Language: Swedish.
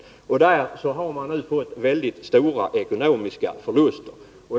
Fiskarna där har lidit mycket stora ekonomiska förluster.